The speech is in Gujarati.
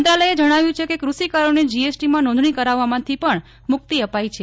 મંત્રાલયે જણાવ્યું છે કે કૃષિકારોને જીએસટીમાં નોંધણી કરાવવામાંથી પણ મુક્તિ અપાઈ છે